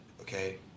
Okay